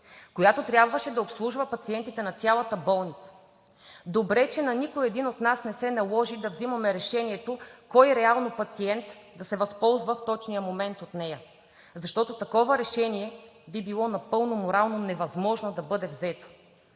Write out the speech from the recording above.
която трябваше да обслужва пациентите на цялата болница. Добре е, че на нито един от нас не се наложи да взима решението кой реално пациент да се възползва в точния момент от нея, защото да бъде взето такова решение би било напълно морално невъзможно. И да, в един